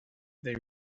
they